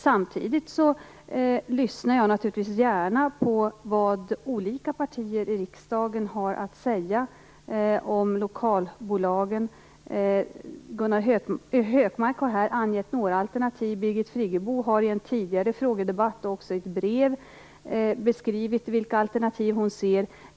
Samtidigt lyssnar jag naturligtvis gärna på vad olika partier i riksdagen har att säga om lokalbolagen. Gunnar Hökmark har här angett några alternativ. Birgit Friggebo har i en tidigare frågedebatt och också i ett brev beskrivit vilka alternativ hon ser.